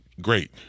great